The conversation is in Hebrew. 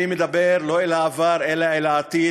אני מדבר לא על העבר אלא על העתיד,